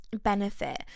benefit